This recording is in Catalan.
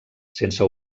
sense